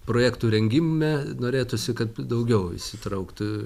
projektų rengime norėtųsi kad daugiau įsitrauktų